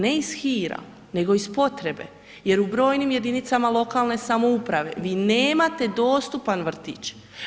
Ne iz hira nego iz potrebe jer u brojnim jedinicama lokalne samouprave vi nemate dostupan vrtić.